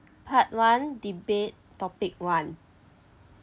part one debate topic one